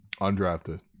Undrafted